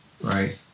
right